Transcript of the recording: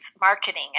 marketing